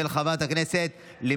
של חברת הכנסת שרן